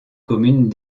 communes